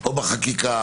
או בחקיקה,